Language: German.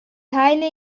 teile